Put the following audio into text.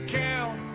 count